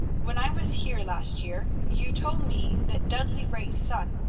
when i was here last year you told me that dudley ray's son,